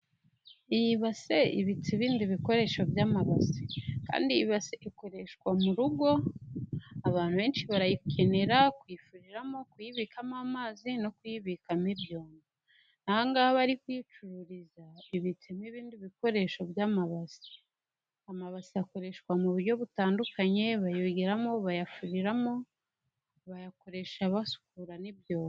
Iyibase ibitse ibindi bikoresho by'amabase kandi ikoreshwa mu rugo, abantu benshi barayikenera kuyifuriramo, kuyibikamo amazi no kuyibikamo ibyombo. Ahangaha ari kuyicururiza ibitsemo ibindi bikoresho, by'amaba amabase akoreshwa mu buryo butandukanye, bayogeramo, bayafuriramo, bayakoresha basukura n'byombo .